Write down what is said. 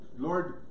Lord